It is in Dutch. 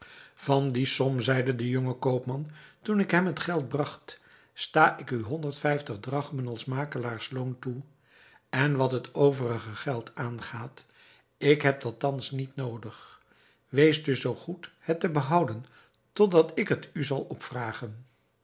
van die som zeide de jonge koopman toen ik hem het geld bragt sta ik u honderd vijftig drachmen als makelaarsloon toe en wat het overige geld aangaat ik heb dat thans niet noodig wees dus zoo goed het te behouden tot dat ik het u zal opvragen